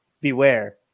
beware